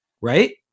right